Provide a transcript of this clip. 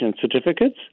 certificates